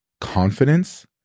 confidence